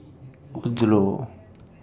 Odlo